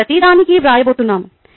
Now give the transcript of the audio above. మేము ప్రతిదానికీ వ్రాయబోతున్నాము